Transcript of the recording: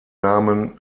namen